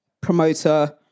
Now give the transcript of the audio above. promoter